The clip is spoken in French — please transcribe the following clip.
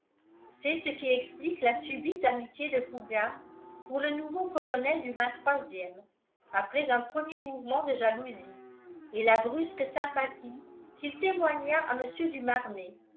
c'est ce qui explique la subite amitié de fougas pour le nouveau colonel du ème après un premier mouvement de jalousie et la brusque sympathie qu'il témoigna à mr du marnet